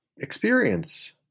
experience